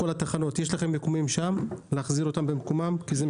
יש לכם מיקומים של כל התחנות; להחזיר אותן למקומן,